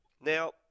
Now